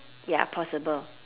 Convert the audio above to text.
ya possible